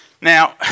Now